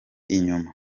inyuma